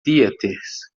theatres